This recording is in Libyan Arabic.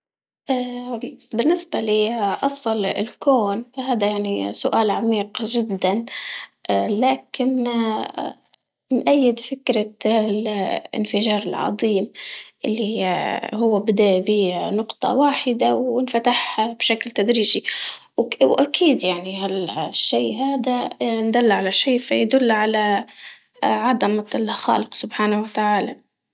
بالنسبة ليا أصل الكون فهدا يعني سؤال عميق جدا لكن نأيد فكرة ال- الانفجار العضيم، اللي هي هو بدا بنقطة واحدة وانفتح بشكل تدريجي، وك- وأكيد يعني هالشي هادا إن دل على شي فيدل على عضمة الخالق سبحانه وتعالى.